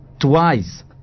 twice